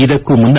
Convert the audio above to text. ಇದಕ್ಕೂ ಮುನ್ನ